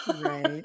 right